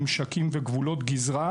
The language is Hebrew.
ממשקים וגבולות גזרה.